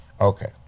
Okay